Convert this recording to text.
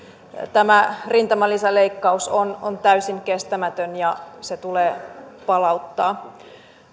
tämä rintamalisäleikkaus on on täysin kestämätön ja se tulee palauttaa